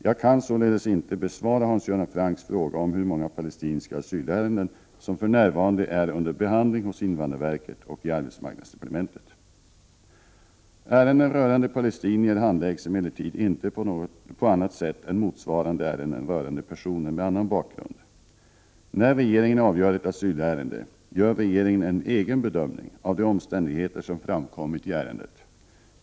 Jag kan således inte besvara Hans Göran Francks fråga om hur många palestinska asylärenden som för närvarande är under behandling hos invandrarverket och i arbetsmarknadsdepartementet. 105 Ärenden rörande palestinier handläggs emellertid inte på annat sätt än motsvarande ärenden rörande personer med annan bakgrund. När regeringen avgör ett asylärende, gör regeringen en egen bedömning av de omständigheter som framkommit i ärendet.